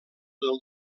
del